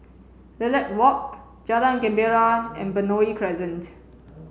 Lilac Walk Jalan Gembira and Benoi Crescent